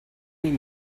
ihn